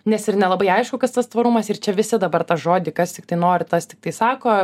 nes ir nelabai aišku kas tas tvarumas ir čia visi dabar tą žodį kas tiktai nori tas tiktai sako